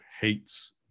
hates